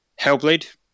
Hellblade